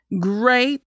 great